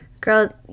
girl